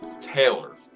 Taylor